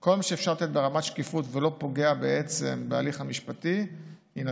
כל מה שאפשר לתת ברמת שקיפות ולא פוגע בעצם בהליך המשפטי יינתן,